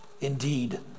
indeed